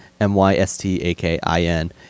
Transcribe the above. m-y-s-t-a-k-i-n